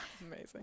amazing